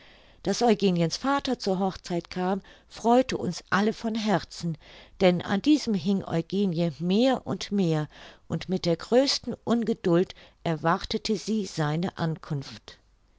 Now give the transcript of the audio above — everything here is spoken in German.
daß eugeniens vater zur hochzeit kam freute uns alle von herzen denn an diesem hing eugenie mehr und mehr und mit der größten ungeduld erwartete sie seine ankunft